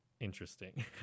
interesting